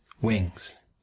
wings